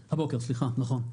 הבוקר, סליחה, נכון.